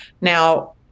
now